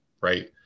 right